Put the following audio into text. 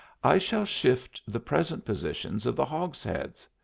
i shall shift the present positions of the hogsheads.